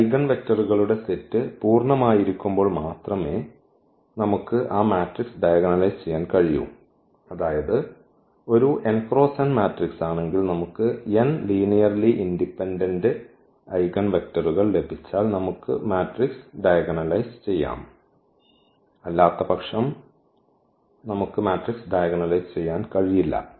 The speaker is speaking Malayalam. ഈ ഐഗൻ വെക്റ്ററുകളുടെ സെറ്റ് പൂർണ്ണമായിരിക്കുമ്പോൾ മാത്രമേ നമുക്ക് ആ മാട്രിക്സ് ഡയഗണലൈസ് ചെയ്യാൻ കഴിയൂ അതായത് ഒരു n × n മാട്രിക്സ് ആണെങ്കിൽ നമുക്ക് n ലീനിയർലി ഇൻഡിപെൻഡന്റ് ഐഗൻ വെക്റ്ററുകൾ ലഭിച്ചാൽ നമുക്ക് മാട്രിക്സ് ഡയഗണലൈസ് ചെയ്യാം അല്ലാത്തപക്ഷം നമുക്ക് മാട്രിക്സ് ഡയഗണലൈസ് ചെയ്യാൻ കഴിയില്ല